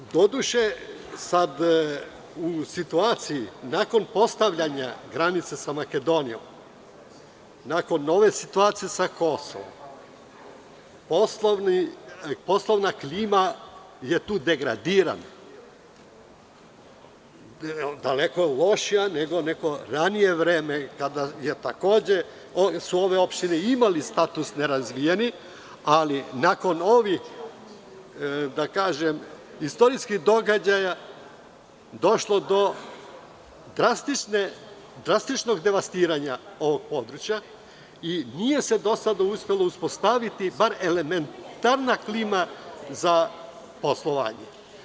Doduše, u situaciji nakon postavljanja granica sa Makedonijom, nakon nove situacije sa Kosovom, poslovna klima je tu degradirana, daleko je lošija nego u neko ranije vreme kada su takođe ove opštine imale status nerazvijenih, ali nakon ovih, da tako kažem, istorijskih događaja, došlo je do drastičnog devastiranja ovog područja i nije se do sada uspela uspostaviti bar elementarna klima za poslovanje.